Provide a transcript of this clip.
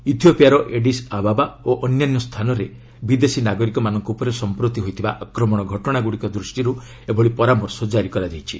ଇଥିଓପିଆର Addis Ababa ଓ ଅନ୍ୟାନ୍ୟ ସ୍ଥାନରେ ବିଦେଶୀ ନାଗରିକମାନଙ୍କ ଉପରେ ସମ୍ପ୍ରତି ହୋଇଥିବା ଆକ୍ରମଣ ଘଟଣାଗୁଡ଼ିକ ଦୃଷ୍ଟିରୁ ଏଭଳି ପରାମର୍ଶ କାରି କରାଯାଇଛି